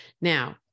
Now